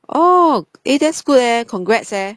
oh eh that's good eh congrats eh